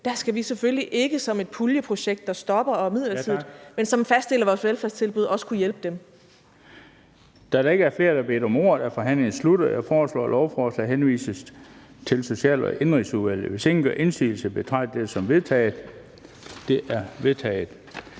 der skal vi selvfølgelig ikke gøre det som et puljeprojekt, der stopper og er midlertidigt, men vi skal som en fast del af vores velfærdstilbud også kunne hjælpe dem. Kl. 11:32 Den fg. formand (Bent Bøgsted): Tak. Da der ikke er flere, der har bedt om ordet, er forhandlingen sluttet. Jeg foreslår, at lovforslaget henvises til Social- og Indenrigsudvalget. Hvis ingen gør indsigelse, betragter jeg dette som vedtaget. Det er vedtaget.